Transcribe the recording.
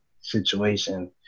situation